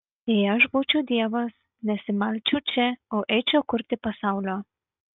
jei aš būčiau dievas nesimalčiau čia o eičiau kurti pasaulio